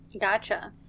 Gotcha